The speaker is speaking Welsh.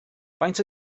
faint